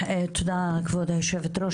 תודה כבוד היושבת ראש,